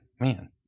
man